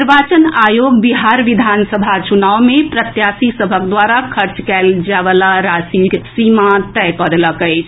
निर्वाचन आयोग बिहार विधानसभा चुनाव मे प्रत्याशी सभक द्वारा खर्च कएल जाएवला राशिक सीमा तय कऽ देलक अछि